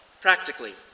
practically